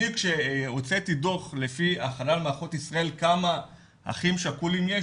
אני כשהוצאתי דו"ח לפי חלל מערכות ישראל כמה אחים שכולים יש,